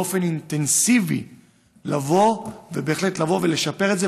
באופן אינטנסיבי בהחלט לשפר את זה.